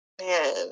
man